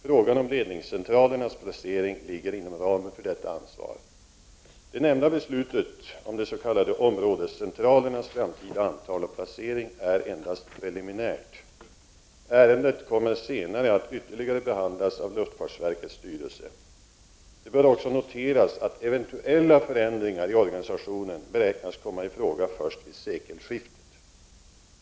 Frågan om ledningscentralernas placering ligger inom ramen för detta ansvar. Det nämnda beslutet om de s.k. områdescentralernas framtida antal och placering är endast preliminärt. Ärendet kommer senare att ytterligare behandlas av luftfartsverkets styrelse. Det bör också noteras att eventuella förändringar i organisationen beräknas komma i fråga först vid sekelskiftet.